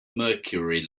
mercury